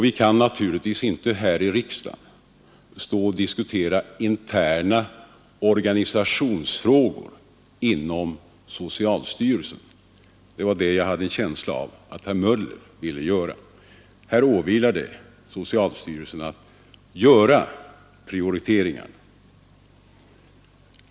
Vi kan naturligtvis inte här i riksdagen diskutera interna organisationsfrågor inom socialstyrelsen — jag hade en känsla av att herr Möller ville göra det. Här åvilar det socialstyrelsen att göra prioriteringar.